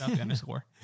underscore